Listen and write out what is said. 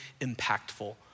impactful